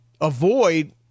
avoid